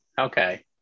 Okay